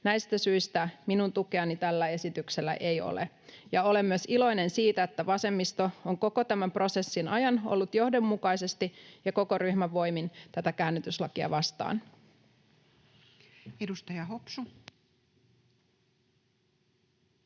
Näistä syistä minun tukeani tällä esityksellä ei ole, ja olen myös iloinen siitä, että vasemmisto on koko tämän prosessin ajan ollut johdonmukaisesti ja koko ryhmän voimin tätä käännytyslakia vastaan. [Speech 158]